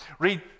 Read